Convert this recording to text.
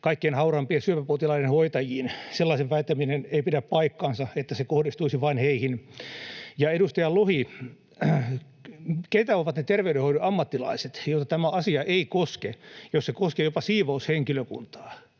kaikkein hauraimpien syöpäpotilaiden hoitajiin. Sellaisen väittäminen ei pidä paikkaansa, että se kohdistuisi vain heihin. Ja edustaja Lohi, keitä ovat ne terveydenhoidon ammattilaiset, joita tämä asia ei koske, jos se koskee jopa siivoushenkilökuntaa?